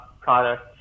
product